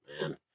man